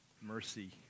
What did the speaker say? mercy